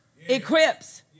equips